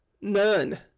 None